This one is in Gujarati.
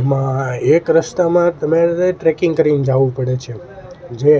એમાં એક રસ્તામાં તમારે ટ્રેકિંગ કરીને જવું પડે છે જે